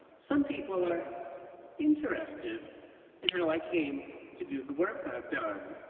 some people are interested in how i came to do the work i've done,